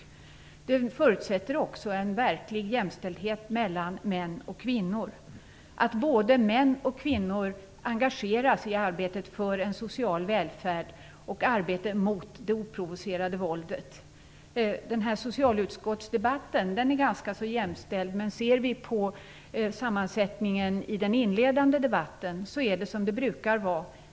Vidare förutsätter det en verklig jämställdhet mellan män och kvinnor - att både män och kvinnor engageras i arbetet för social välfärd och i arbetet mot det oprovocerade våldet. Denna socialutskottsdebatt är ganska jämställd. Men ser vi till sammansättningen i den inledande debatten i dag finner vi att det är som det brukar vara.